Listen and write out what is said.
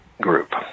group